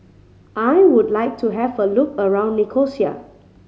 I would like to have a look around Nicosia